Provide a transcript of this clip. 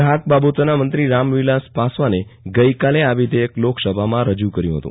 ગ્રાહક બાબતોના મંત્રી રામવિલાસ પાસવાને આજે આ વિધેયક લોકસભામાં રજૂ કર્યું હતું